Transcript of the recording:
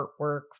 artwork